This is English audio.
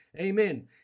Amen